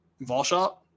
VolShop